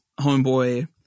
Homeboy